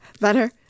Better